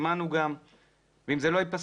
אם זה לא ייפסק,